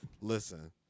listen